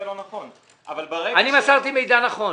לא נכון אבל ברגע -- אני מסרתי מידע נכון.